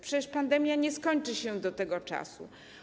Przecież pandemia nie skończy się do tego czasu.